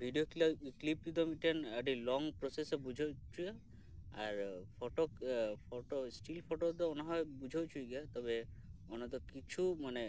video clip clip ᱫᱚ ᱢᱤᱫᱴᱮᱱ ᱟᱹᱰᱤ ᱞᱚᱝ ᱯᱨᱚᱥᱮᱥ ᱮ ᱵᱩᱡᱷᱟᱹᱣ ᱚᱪᱚᱭᱟ ᱟᱨ ᱯᱷᱳᱴᱳ ᱟᱨ ᱥᱴᱤᱞ ᱯᱷᱳᱴᱳ ᱫᱚ ᱚᱱᱟ ᱦᱚᱸᱭ ᱵᱩᱡᱷᱟᱹᱣ ᱚᱪᱚᱭ ᱜᱮᱭᱟ ᱛᱚᱵᱮ ᱚᱱᱟ ᱫᱚ ᱠᱤᱪᱷᱩ ᱢᱟᱱᱮ